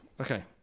Okay